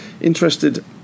interested